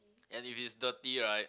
and if it's dirty right